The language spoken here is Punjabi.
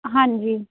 ਹਾਂਜੀ